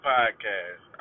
Podcast